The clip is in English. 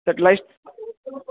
satellite